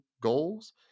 goals